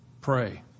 Pray